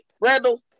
Randall